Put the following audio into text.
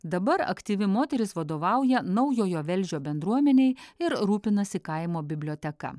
dabar aktyvi moteris vadovauja naujojo velžio bendruomenei ir rūpinasi kaimo biblioteka